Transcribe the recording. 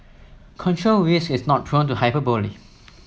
control risks is not prone to hyperbole